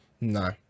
no